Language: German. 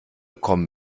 kommen